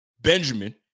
Benjamin